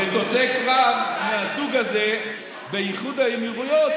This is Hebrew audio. מטוסי קרב מהסוג הזה באיחוד האמירויות,